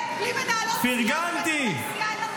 המון מזל טוב, 30 היום, זה לא הולך ברגל.